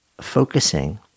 focusing